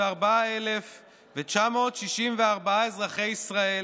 2,304,964 אזרחי ישראל